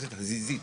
כן.